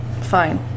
fine